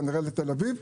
כנראה לתל אביב,